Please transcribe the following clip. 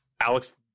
Alex